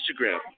Instagram